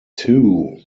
two